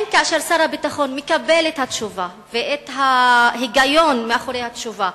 כאשר שר הביטחון מקבל את התשובה ואת ההיגיון מאחורי התשובה,